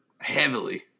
heavily